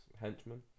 henchmen